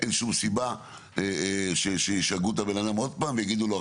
אין שום סיבה שישגעו את הבן אדם עוד פעם ויגידו לו,